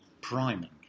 priming